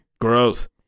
Gross